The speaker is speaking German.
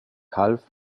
half